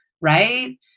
right